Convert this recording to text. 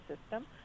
system